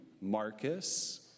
Marcus